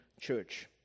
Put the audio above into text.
church